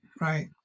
right